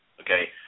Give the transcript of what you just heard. okay